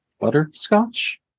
butterscotch